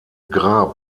grab